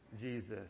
Jesus